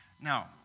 Now